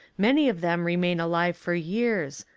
many of them remain alive for years,